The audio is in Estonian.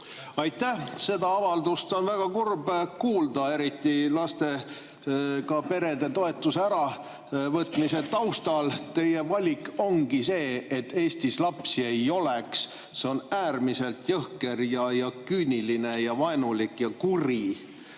Aitäh! Seda avaldust on väga kurb kuulda, eriti lastega perede toetuse äravõtmise taustal. Teie valik ongi see, et Eestis lapsi ei oleks. See on äärmiselt jõhker ja küüniline ja vaenulik ja kuri.